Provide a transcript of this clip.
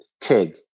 TIG